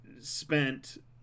spent